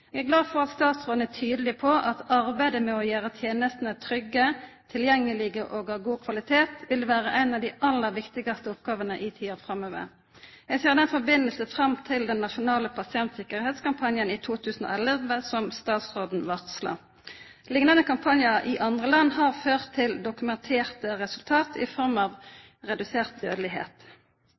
Eg er glad for at statsråden er tydeleg på at arbeidet med å gjera tenestene trygge, tilgjengelege og av god kvalitet vil vera ein av dei aller viktigaste oppgåvene i tida framover. Eg ser i den samanhengen fram til den nasjonale pasienttryggleikskampanjen i 2011, som statsråden varsla. Liknande kampanjar i andre land har ført til dokumenterte resultat i form av